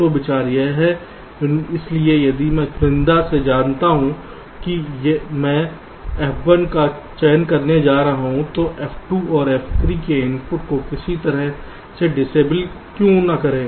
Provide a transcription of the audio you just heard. तो विचार यह है इसलिए यदि मैं चुनिंदा से जानता हूं कि मैं F1 का चयन करने जा रहा हूं तो F2 और F3 के इनपुट को किसी तरह से डिसएबल क्यों न करें